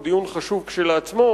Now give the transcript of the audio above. שהוא דיון חשוב כשלעצמו,